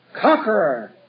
Conqueror